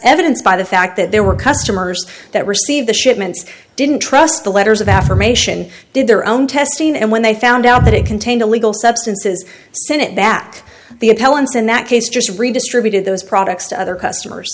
evidenced by the fact that there were customers that receive the shipments didn't trust the letters of affirmation did their own testing and when they found out that it contained illegal substances send it back the appellant's in that case just redistributed those products to other customers